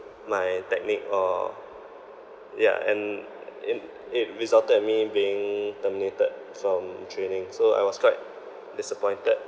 my technique or yeah and in it resulted in me being terminated from training so I was quite disappointed